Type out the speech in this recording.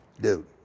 Dude